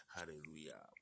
Hallelujah